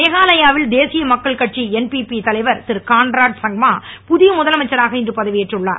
மேகாலயாவில் தேசிய மக்கள் கட்சி என்பிபி தலைவர் திருகான்ராட் சங்மா புதிய முதலமைச்சராக இன்று பதவியேற்றுள்ளார்